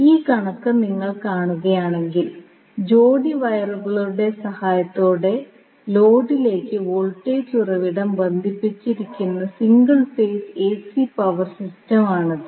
ഈ കണക്ക് നിങ്ങൾ കാണുകയാണെങ്കിൽ ജോഡി വയറുകളുടെ സഹായത്തോടെ ലോഡിലേക്ക് വോൾട്ടേജ് ഉറവിടം ബന്ധിപ്പിച്ചിരിക്കുന്ന സിംഗിൾ ഫേസ് എസി പവർ സിസ്റ്റമാണിത്